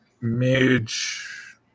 mage